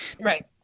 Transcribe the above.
Right